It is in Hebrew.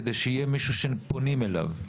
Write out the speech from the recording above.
כדי שיהיה מישהו שפונים אליו.